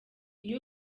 iyo